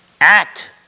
act